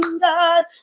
God